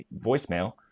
voicemail